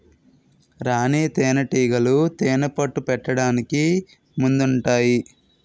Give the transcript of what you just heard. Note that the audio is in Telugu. రాణీ తేనేటీగలు తేనెపట్టు పెట్టడానికి ముందుంటాయి